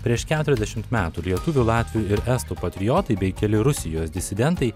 prieš keturiasdešimt metų lietuvių latvių ir estų patriotai bei keli rusijos disidentai